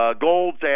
golds